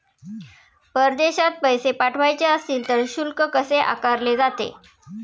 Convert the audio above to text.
परदेशात पैसे पाठवायचे असतील तर शुल्क कसे आकारले जाते?